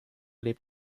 lebt